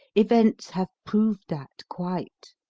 events have proved that quite.